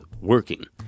working